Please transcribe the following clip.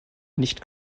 nicht